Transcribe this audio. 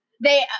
They-